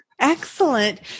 Excellent